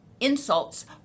insults